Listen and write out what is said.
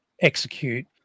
execute